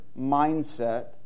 mindset